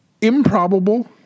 Improbable